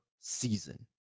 season